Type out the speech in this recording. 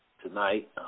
Tonight